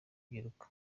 rubyiruko